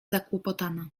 zakłopotana